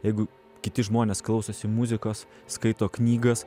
jeigu kiti žmonės klausosi muzikos skaito knygas